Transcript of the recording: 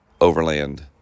overland